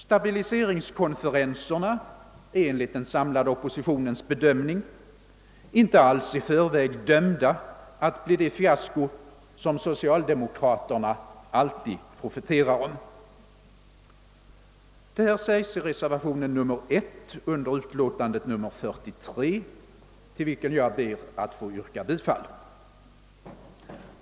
Stabiliseringskonferenserna är enligt den samlade oppositionens bedömning inte alls i förväg dömda att bli det fiasko, som socialdemokraterna alltid profeterar om. Detta sägs i reservationen 1 vid bankoutskottets utlåtande nr 43, till vilken jag ber att få yrka bifall.